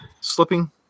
slipping